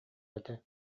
этэ